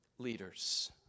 leaders